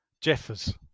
Jeffers